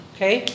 Okay